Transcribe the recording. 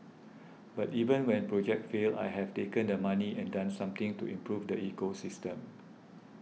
but even when projects fail I have taken the money and done something to improve the ecosystem